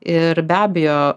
ir be abejo